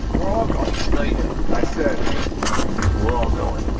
we're all going not you i said we're all going